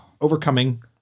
overcoming